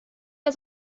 der